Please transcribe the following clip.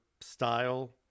style